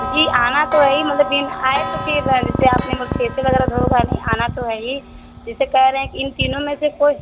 जी आना तो है ही मतलब दिन आए तो फ़िर जिसे आपने फेसियल वगैरह तो होगा नहीं आना तो है हीं जैसे कह रहे हैं इन तीनों में से कोई